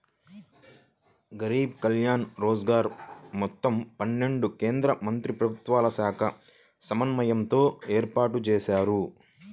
గరీబ్ కళ్యాణ్ రోజ్గర్ మొత్తం పన్నెండు కేంద్రమంత్రిత్వశాఖల సమన్వయంతో ఏర్పాటుజేశారు